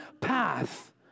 path